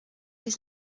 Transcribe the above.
his